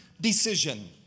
decision